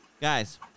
guys